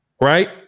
right